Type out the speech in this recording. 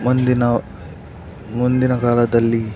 ಮುಂದಿನ ಮುಂದಿನ ಕಾಲದಲ್ಲಿ